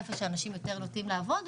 איפה שאנשים יותר נוטים לעבוד.